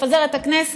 לפזר את הכנסת,